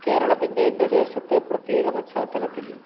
കേരളത്തിൻ്റെ എൻ്റെ ദേശത്തെ പ്രത്യേക പശ്ചാത്തലത്തിൽ